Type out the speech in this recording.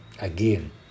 again